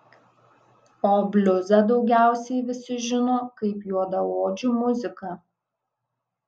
o bliuzą daugiausiai visi žino kaip juodaodžių muziką